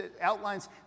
outlines